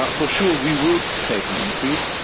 ah for sure, we will face an increase,